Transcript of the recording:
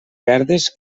verdes